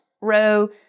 row